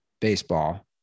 baseball